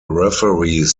referees